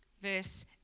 verse